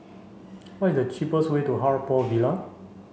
what is the cheapest way to Haw Par Villa